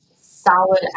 solid